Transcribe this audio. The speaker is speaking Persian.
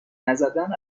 نزدن